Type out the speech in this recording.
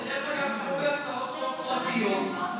צריך הצעות חוק פרטיות.